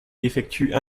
effectuent